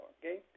okay